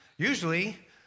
Usually